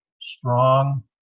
strong